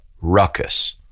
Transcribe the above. ruckus